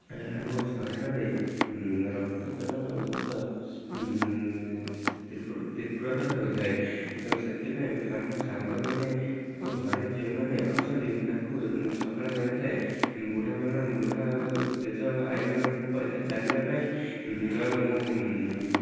ଆମ ଶରୀରରେ ରକ୍ତଚାଳନ ବହୁତ ତୀବ୍ରତର ହୋଇଥାଏ ସେଥିପାଇଁ ଆମ ସାଙ୍ଗମାନେ ଓ ଘରେ ଯେଉଁମାନେ ଅଛନ୍ତି ମୁଁ ତାଙ୍କୁ ସକାଳେ କହିଥାଏ ବୁଢ଼ାମାନେ ବୁଢ଼ା ଓ ଜେଜ ଆଈମାନଙ୍କୁ ମୁଁ କହିଥାଏ ଚାଲିବା ପାଇଁ ଆଉ ମୁଁ